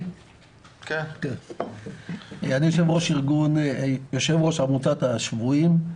אני יושב-ראש עמותת השבויים.